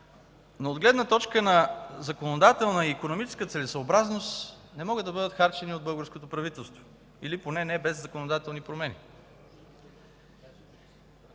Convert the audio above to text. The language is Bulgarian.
но от гледна точка на законодателна и икономическа целесъобразност не могат да бъдат харчени от българското правителство или поне не без законодателни промени.